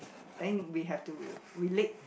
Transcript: then we have to relate